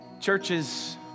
Churches